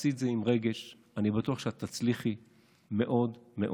תעשי את זה עם רגש אני בטוח שתצליחי מאוד מאוד.